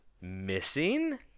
Missing